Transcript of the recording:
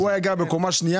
הוא היה גר בקומה שנייה,